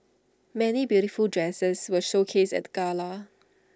many beautiful dresses were showcased at the gala